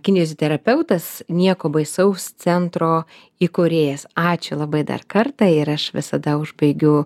kinioziterapeutas nieko baisaus centro įkūrėjas ačiū labai dar kartą ir aš visada užbaigiu